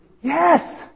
Yes